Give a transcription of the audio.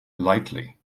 lightly